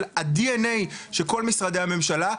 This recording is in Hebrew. ה- DNA של כל משרדי הממשלה,